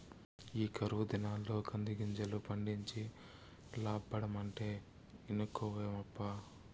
ఈ కరువు దినాల్ల కందిగింజలు పండించి లాబ్బడమంటే ఇనుకోవేమప్పా